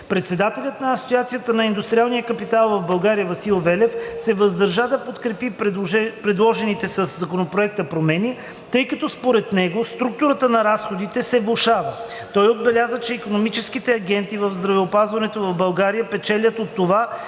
Председателят на Асоциацията на индустриалния капитал в България Васил Велев се въздържа да подкрепи предложените със Законопроекта промени, тъй като според него структурата на разходите се влошава. Той отбеляза, че икономическите агенти в здравеопазването в България печелят от това,